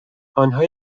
آنها